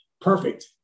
perfect